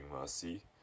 mercy